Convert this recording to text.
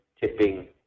tipping